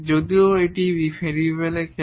যদিও এখানে একটি ভেরিয়েবল আছে